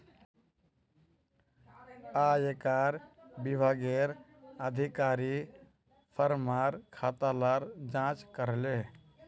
आयेकर विभागेर अधिकारी फार्मर खाता लार जांच करले